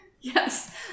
Yes